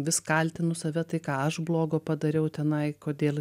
vis kaltinu save tai ką aš blogo padariau tenai kodėl